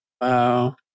Wow